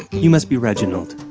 you must be reginald